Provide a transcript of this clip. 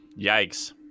Yikes